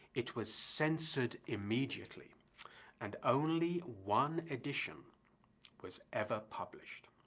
it was censored immediately and only one edition was ever published.